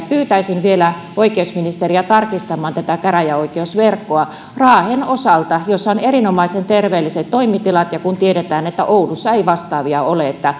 pyytäisin vielä oikeusministeriä tarkistamaan käräjäoikeusverkkoa raahen osalta jossa on erinomaisen terveelliset toimitilat kun tiedossa on että oulussa ei vastaavia ole